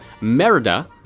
Merida